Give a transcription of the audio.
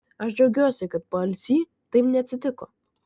aš džiaugiuosi kad paalsy taip neatsitiko